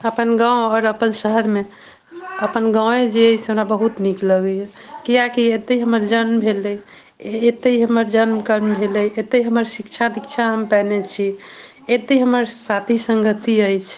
अपन गाँव आओर अपन शहर मे अपन गाँवए जे अछि हमरा बहुत नीक लगैया किएकि एतय हमर जन्म भेलै एतय हमर जन्म कर्म भेलै एतय हमर शिक्षा दीक्षा हम पयने छी एतय हमर साथी संगति अछि